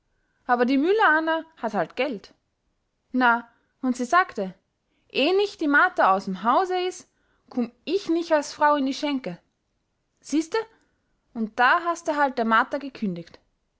aber die müller anna hatte halt geld na und sie sagte eh nich die martha aus m hause is kumm ich nich als frau in die schenke siehste und da haste halt der martha gekündigt